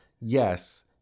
Yes